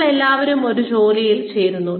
ഞങ്ങൾ എല്ലാവരും ഒരു ജോലിയിൽ ചേരുന്നു